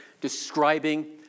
describing